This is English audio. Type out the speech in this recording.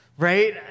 right